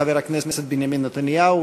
חבר הכנסת בנימין נתניהו,